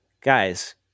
guys